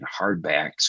hardbacks